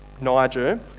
Niger